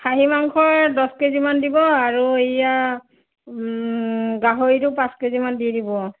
খাহি মাংসয়ে দছ কেজিমান দিব আৰু এয়া গাহৰিটো পাঁচ কেজিমান দি দিব